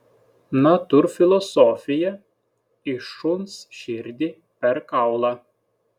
natūrfilosofija į šuns širdį per kaulą